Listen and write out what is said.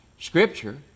Scripture